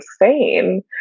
insane